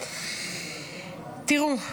תראו,